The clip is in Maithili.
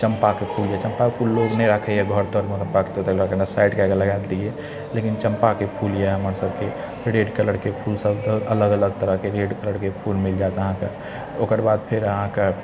चम्पाके फूल जे छै चम्पाके फूल लोग नहि राखै यऽ घर तरमे साइड कए कऽ लगाए देलियै लेकिन चम्पाके फूल यऽ हमरा सबके रेड कलरके फूल सब अलग अलग तरहके रेड कलरके फूल मिल जायत अहाँके ओकर बाद फेर अहाँके